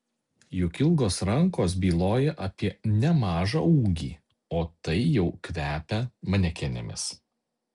juk ilgos rankos byloja apie nemažą ūgį o tai jau kvepia manekenėmis